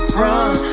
run